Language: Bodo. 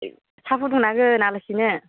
साहा फुदुंनांगोन आलासिनो